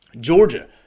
Georgia